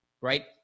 Right